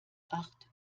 acht